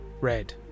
Red